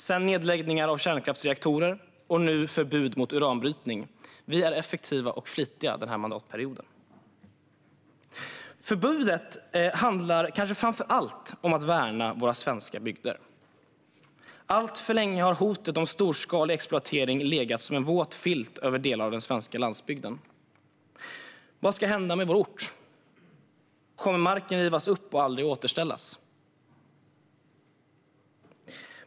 Sedan kom nedläggningar av kärnkraftsreaktorer, och nu kommer förbud mot uranbrytning. Vi är effektiva och flitiga denna mandatperiod. Förbudet handlar kanske framför allt om att värna våra svenska bygder. Alltför länge har hotet om storskalig exploatering legat som en våt filt över delar av den svenska landsbygden. Vad ska hända med vår ort? Kommer marken att rivas upp och aldrig återställas?